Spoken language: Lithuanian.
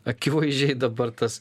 akivaizdžiai dabar tas